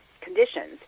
conditions